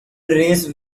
race